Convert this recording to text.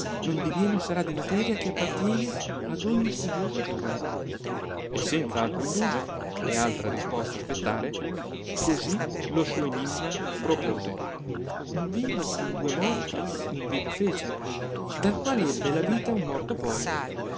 recitata nondimeno sarà di materia che appartiene ad ogni studioso giovane e senza altro indugio e altra risposta aspettare così lo suo enimma propose un vivo con duo morti un vivo fece dal qual ebbe la vita un morto poi